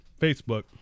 Facebook